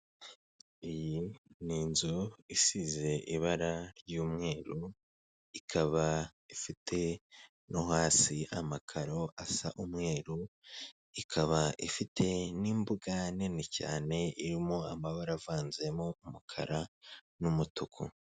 Iyi ni inzu isize ibara ry'umweru, ikaba ifite no hasi amakaro asa umweru, ikaba ifite n'imbuga nini cyane irimo amabara avanzemo umukara n'umutuku.